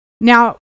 Now